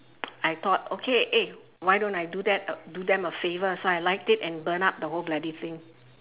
I thought okay eh why don't I do that uh do them a favour so light it and burned up the whole bloody thing